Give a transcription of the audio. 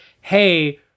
Hey